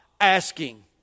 asking